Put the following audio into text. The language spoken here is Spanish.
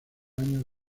años